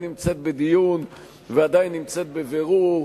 נמצאת בדיון ועדיין נמצאת בבירור.